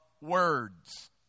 words